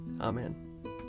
Amen